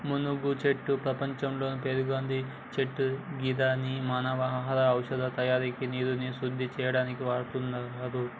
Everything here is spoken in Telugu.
మునగచెట్టు ప్రపంచంలోనే పేరొందిన చెట్టు గిదాన్ని మానవ ఆహారంగా ఔషదాల తయారికి నీరుని శుద్ది చేయనీకి వాడుతుర్రు